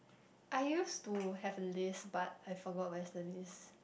I used to have a list but I forgot where is the list